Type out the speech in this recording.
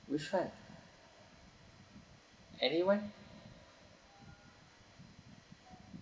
which one any one